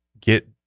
get